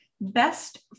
best